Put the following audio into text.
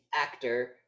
actor